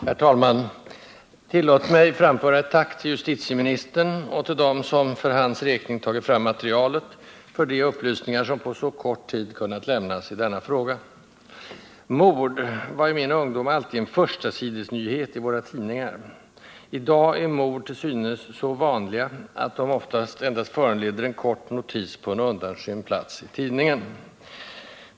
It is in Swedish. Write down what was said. Herr talman! Tillåt mig framföra ett tack till justitieministern och till dem som för hans räkning har tagit fram material, för de upplysningar som på så kort tid har kunnat lämnas i denna fråga. Mord var i min ungdom alltid en förstasidesnyhet i våra tidningar. I dag är mord till synes så vanliga att de oftast endast föranleder en kort notis på en undanskymd plats i tidningen.